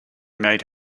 made